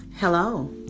Hello